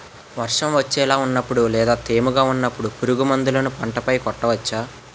వర్షం వచ్చేలా వున్నపుడు లేదా తేమగా వున్నపుడు పురుగు మందులను పంట పై కొట్టవచ్చ?